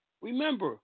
Remember